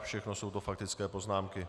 Všechno to jsou faktické poznámky.